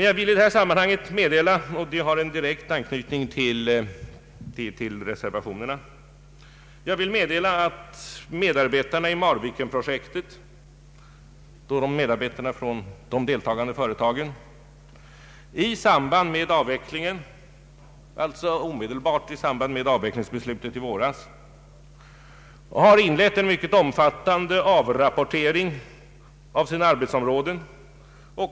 Jag vill i detta sammanhang meddela — det har en direkt anknytning till reservationerna — att medarbetarna i Marvikenprojektet från de deltagande företagen i samband med avvecklingsbeslutet i våras omedelbart inledde en mycket omfattande rapportering av sina arbetsområden.